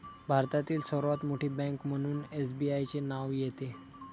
भारतातील सर्वात मोठी बँक म्हणून एसबीआयचे नाव येते